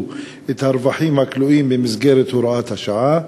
את הרווחים הכלואים במסגרת הוראת השעה?